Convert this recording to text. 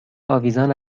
آویزان